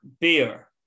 beer